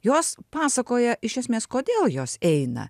jos pasakoja iš esmės kodėl jos eina